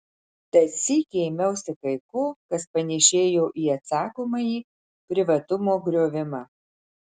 tad sykį ėmiausi kai ko kas panėšėjo į atsakomąjį privatumo griovimą